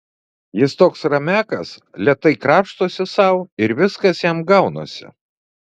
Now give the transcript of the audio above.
jis toks ramiakas lėtai krapštosi sau ir viskas jam gaunasi